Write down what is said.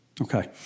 Okay